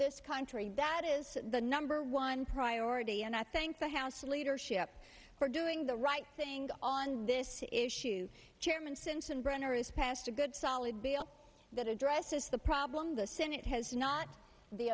this country that is the number one priority and i thank the house leadership for doing the right thing on this issue chairman sensenbrenner is passed a good solid bill that addresses the problem the senate has not the